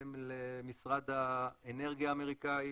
בהתאם למשרד האנרגיה האמריקאי